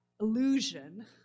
illusion